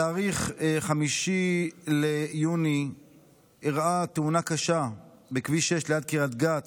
בתאריך 5 ביוני אירעה תאונה קשה בכביש 6 ליד קריית גת,